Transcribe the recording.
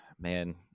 man